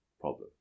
problem